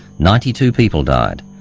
ninety two people died.